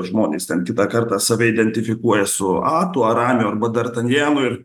žmonės ten kitą kartą save identifikuoja su atu aramiu arba dartanjenu ir